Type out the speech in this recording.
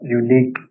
unique